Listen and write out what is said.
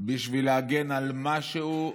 בשביל להגן על משהו,